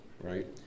Right